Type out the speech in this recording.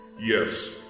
Yes